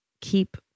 keep